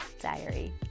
diary